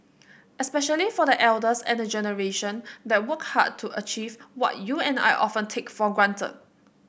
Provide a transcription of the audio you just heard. especially for the elders and the generation that worked hard to achieve what you and I often take for granted